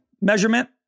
measurement